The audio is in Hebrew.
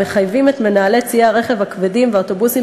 המחייבים את מנהלי ציי הרכב הכבדים והאוטובוסים